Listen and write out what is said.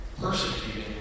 persecuted